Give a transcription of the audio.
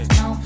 no